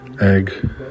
egg